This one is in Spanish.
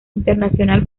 internacional